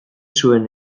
zuen